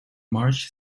march